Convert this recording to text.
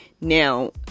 now